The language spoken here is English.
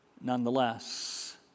nonetheless